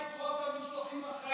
מה עם חוק המשלוחים החיים?